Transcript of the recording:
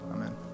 Amen